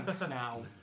now